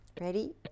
Ready